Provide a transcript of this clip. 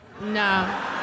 No